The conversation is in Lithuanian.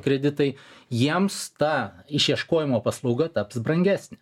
kreditai jiems ta išieškojimo paslauga taps brangesnė